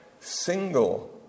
single